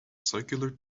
circular